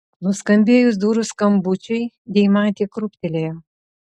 nuskambėjus durų skambučiui deimantė krūptelėjo